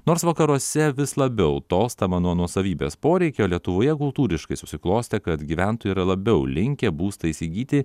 nors vakaruose vis labiau tolstama nuo nuosavybės poreikio lietuvoje kultūriškai susiklostė kad gyventojai yra labiau linkę būstą įsigyti